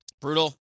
brutal